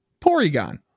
Porygon